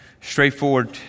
Straightforward